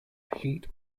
heat